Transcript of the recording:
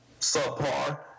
subpar